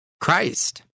Christ